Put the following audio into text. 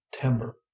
timber